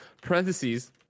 Parentheses